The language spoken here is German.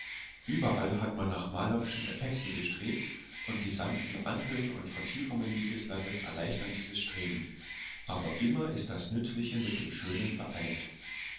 überall hat man nach malerischen effekten gestrebt und die sanften anhöhen und vertiefungen dieses landes erleichtern dieses streben aber immer ist das nützliche mit dem schönen vereint